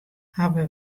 hawwe